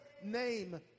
name